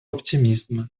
оптимизма